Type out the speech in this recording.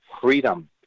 freedom